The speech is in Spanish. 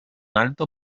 alto